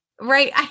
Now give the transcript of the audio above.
Right